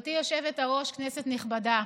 גברתי היושבת-ראש, כנסת נכבדה,